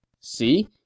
See